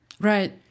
Right